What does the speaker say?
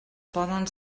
poden